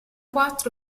quattro